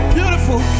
Beautiful